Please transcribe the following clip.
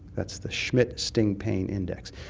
that's the schmidt sting pain index.